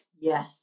Yes